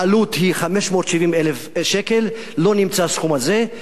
העלות היא 570,000 שקל, לא נמצא הסכום הזה.